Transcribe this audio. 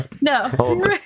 No